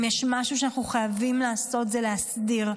אם יש משהו שאנחנו חייבים לעשות, הוא להסדיר,